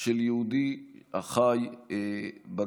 של יהודי החי בגלות,